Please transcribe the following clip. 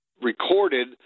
recorded